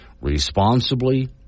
responsibly